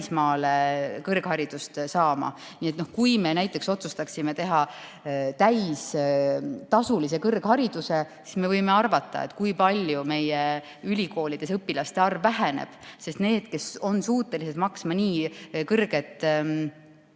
välismaale kõrgharidust saama. Kui me näiteks otsustaksime teha täistasulise kõrghariduse, siis võime arvata, kui palju meie ülikoolides õpilaste arv väheneb, sest miks peaksid need, kes on suutelised maksma nii kõrget